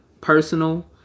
personal